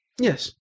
Yes